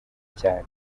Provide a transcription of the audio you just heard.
cyane